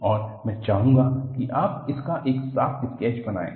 और मैं चाहूंगा कि आप इसका एक साफ स्केच बनाएं